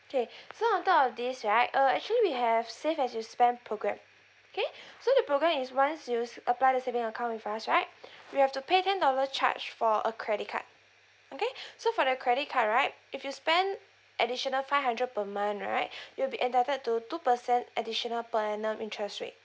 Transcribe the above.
K so on top of this right uh actually we have save as you spend programme okay so the programme is once you s~ apply the saving account with us right we have to pay ten dollar charge for a credit card okay so for the credit card right if you spend additional five hundred per month right you'll be entitled to two percent additional per annum interest rate